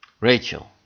Rachel